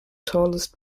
tallest